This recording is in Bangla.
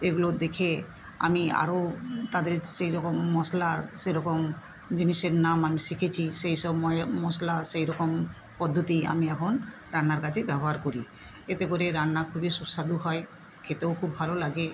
এগুলো দেখে আমি আরো তাদের সেই রকম মশলার সেরকম জিনিসের নাম আমি শিখেছি সেই সব মশলা সেই রকম পদ্ধতি আমি এখন রান্নার কাজে ব্যবহার করি এতে করে রান্না খুবই সুস্বাদু হয় খেতেও খুব ভালো লাগে